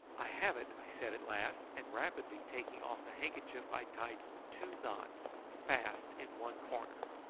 i have it! i said at last and rapidly taking off the handkerchief i tied two knots fast in one corner.